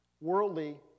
worldly